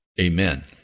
Amen